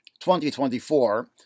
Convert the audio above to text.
2024